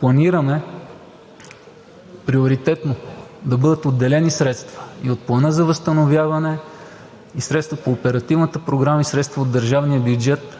Планираме приоритетно да бъдат отделени средства и от Плана за възстановяване, и средства по Оперативната програма, и средства от държавния бюджет